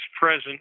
present